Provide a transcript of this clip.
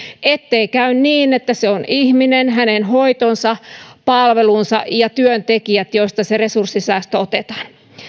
ettei käy niin että se on ihminen hänen hoitonsa palvelunsa ja työntekijät joista se resurssisäästö otetaan